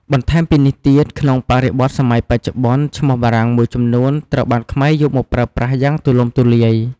បន្ថែមពីនេះទៀត ក្នុងបរិបទសម័យបច្ចុប្បន្ន ឈ្មោះបារាំងមួយចំនួនត្រូវបានខ្មែរយកមកប្រើប្រាស់ យ៉ាងទូលំទូលាយ។